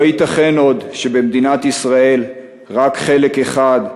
לא ייתכן עוד שבמדינת ישראל רק חלק אחד,